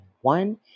one